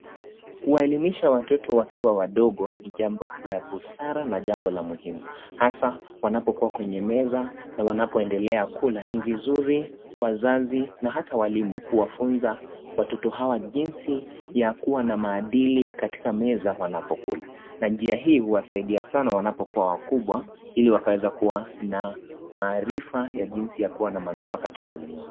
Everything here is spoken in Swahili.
Kuwaelimisha watoto wakiwa wadogo ni jambo la busara na jambo la muhimu, hasa wanapokua kwenye meza na wanapoendelea kula ni vizuri wazazi na hata walimu kuwafunza watoto hawa jinsi ya kuwa na maadili katika meza wanapokula, na njia hii huwasaidia sana wanapokua wakubwa ili wakaweza kuwa na maarifa ya jinsi ya kuwa na manufaa katika ulimwengu.